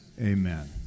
Amen